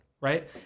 right